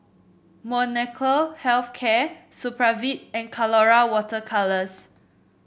Molnylcke Health Care Supravit and Colora Water Colours